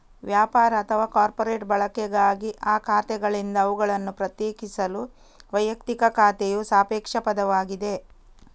ವ್ಯಾಪಾರ ಅಥವಾ ಕಾರ್ಪೊರೇಟ್ ಬಳಕೆಗಾಗಿ ಆ ಖಾತೆಗಳಿಂದ ಅವುಗಳನ್ನು ಪ್ರತ್ಯೇಕಿಸಲು ವೈಯಕ್ತಿಕ ಖಾತೆಯು ಸಾಪೇಕ್ಷ ಪದವಾಗಿದೆ